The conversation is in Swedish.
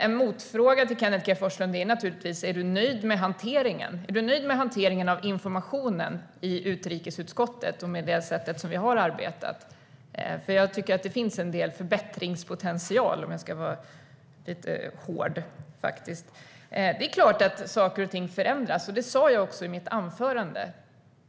En motfråga till Kenneth G Forslund är naturligtvis om han är nöjd med hanteringen av informationen i utrikesutskottet och hur vi har arbetat. Jag tycker nämligen att det finns en del förbättringspotential, om jag ska vara lite hård. Det är klart att saker och ting förändras, och det sa jag också i mitt anförande.